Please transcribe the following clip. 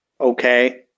okay